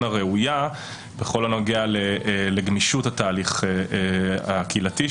הראויה בכל הנוגע לגמישות התהליך הקהילתי,